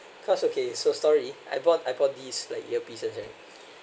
cause okay so story I bought I bought this like earpieces right